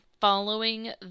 following